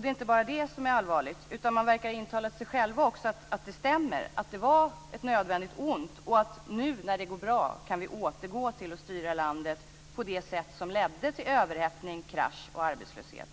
Det är inte bara det som är allvarligt, utan också att de verkar intala sig själva att det stämmer att det var ett nödvändigt ont och att vi, nu när det går bra, kan återgå till att styra landet på det sätt som ledde till överhettning, krasch och arbetslöshet.